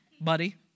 buddy